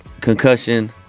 concussion